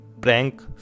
Prank